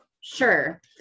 Sure